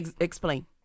explain